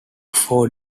four